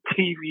TV